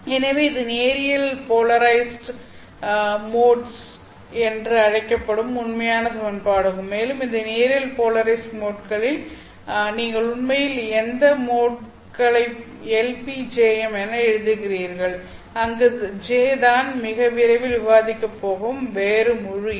எனவே இது நேரியல் போலரைஸ்ட் மோட்கள் என அழைக்கப்படும் உண்மையான சமன்பாடாகும் மேலும் இந்த நேரியல் போலரைஸ்ட் மோட்கள்களில் நீங்கள் உண்மையில் இந்த மோட்களை LPJM என எழுதுகிறீர்கள் அங்கு j தான் நான் மிக விரைவில் விவாதிக்கப் போகும் வேறு முழு எண்